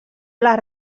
les